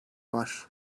var